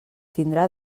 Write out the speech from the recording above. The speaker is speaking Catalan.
tindrà